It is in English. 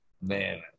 man